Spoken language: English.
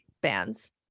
bands